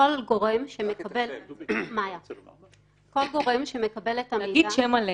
כאשר גוף מקבל הרשאה לקבלת מידע בכספת,